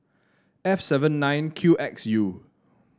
F seven nine Q X U